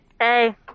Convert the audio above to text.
Hey